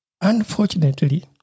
Unfortunately